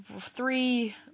three